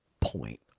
point